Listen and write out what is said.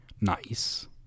nice